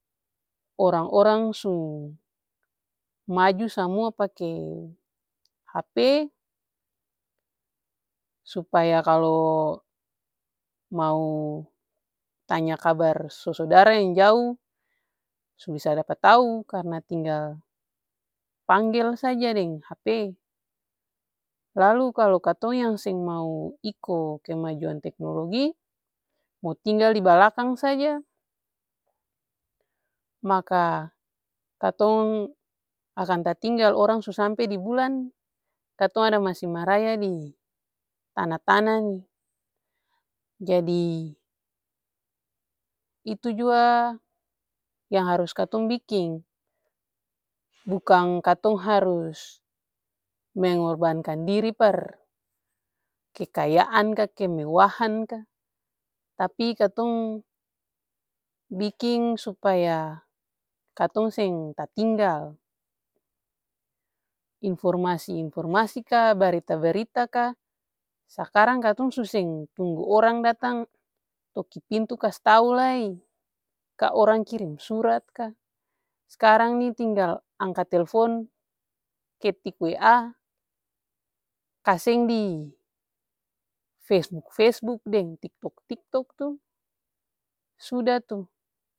Orang-orang su maju samua pake hp, supaya kalu mau tanya kabar su-sudara yang jau su bisa dapa tau karna tinggal panggel saja deng hp. Lalu kalu katong yang seng mau iko kemajuan teknologi, mo tinggal dibalakang saja maka katong akan tatinggal, orang su sampe di bulan katong masi ada maraya di tana-tana nih. Jadi itu jua yang harus katong biking. Bukang katong harus mengorbankan diri par kekayaan ka, kemewahan ka, tapi katong biking supaya katong seng tatinggal. Informasi-informasi ka, barita-barita ka, sakarang katong su seng tunggu orang datang toki pintu kastau lai, ka orang kirim surat ka, skarang nih tinggal angka telfon ketik wa. Kaseng di fesbuk-fesbuk deng tiktok-tiktok tuh sudah tu.